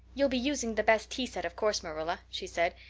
you'll be using the best tea set, of course, marilla, she said.